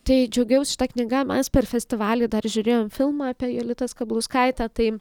tai džiaugiaus šita knyga mes per festivalį dar žiūrėjom filmą apie jolitą skablauskaitę tai